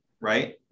right